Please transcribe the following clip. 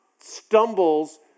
stumbles